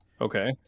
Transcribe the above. Okay